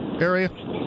area